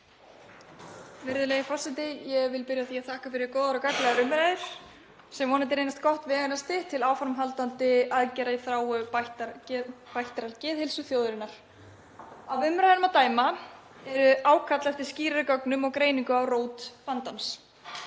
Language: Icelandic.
Virðulegi forseti. Ég vil byrja á því að þakka fyrir góðar og gagnlegar umræður sem vonandi reynast gott veganesti til áframhaldandi aðgerða í þágu bættrar geðheilsu þjóðarinnar. Af umræðunum að dæma er ákall eftir skýrari gögnum og greiningu á rót vandans.